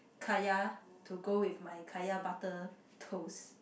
kaya to go with my kaya butter toast